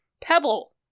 pebble